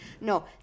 No